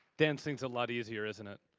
dancing's a lot easier, isn't it?